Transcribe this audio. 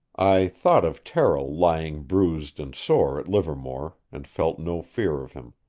i thought of terrill lying bruised and sore at livermore, and felt no fear of him.